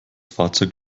fahrzeug